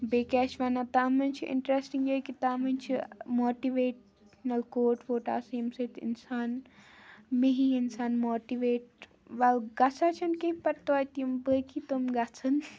بیٚیہِ کیٛاہ چھِ وَنان تَتھ منٛز چھِ اِنٹرٛٮ۪سٹِنٛگ یہِ کہِ تَتھ منٛز چھِ ماٹِویٹ نَل کوٹ ووٹ آسہِ ییٚمۍ سۭتۍ اِنسان مےٚ ہی اِنسان ماٹِویٹ وَل گژھان چھِنہٕ کِہیٖنۍ بَٹ تویتہِ یِم بٲقی تِم گژھن